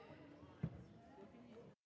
Merci